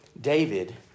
David